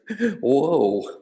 whoa